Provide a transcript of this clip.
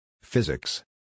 Physics